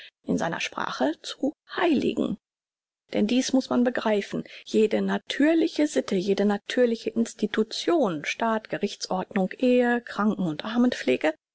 in seiner sprache zu heiligen denn dies muß man begreifen jede natürliche sitte jede natürliche institution staat gerichtsordnung ehe kranken und